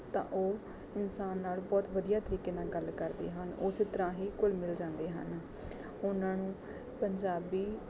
ਤਾਂ ਉਹ ਇਨਸਾਨ ਨਾਲ ਬਹੁਤ ਵਧੀਆ ਤਰੀਕੇ ਨਾਲ ਗੱਲ ਕਰਦੇ ਹਨ ਉਸੇ ਤਰ੍ਹਾਂ ਹੀ ਘੁੱਲ ਮਿਲ ਜਾਂਦੇ ਹਨ ਉਹਨਾਂ ਨੂੰ ਪੰਜਾਬੀ